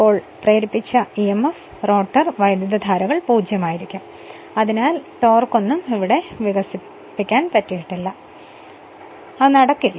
അതിനാൽ പ്രേരിപ്പിച്ച emf rotor വൈദ്യുതധാരകൾ 0 ആയിരിക്കും അതിനാൽ ഒരു ടോർക്കും ഇവിടെ വികസിപ്പിച്ചിട്ടില്ല